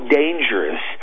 dangerous